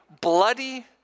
bloody